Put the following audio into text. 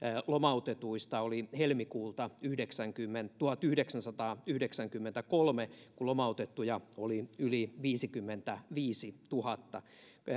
lomautetuista oli helmikuulta tuhatyhdeksänsataayhdeksänkymmentäkolme kun lomautettuja oli yli viisikymmentäviisituhatta